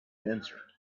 answered